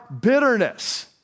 bitterness